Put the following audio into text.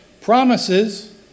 promises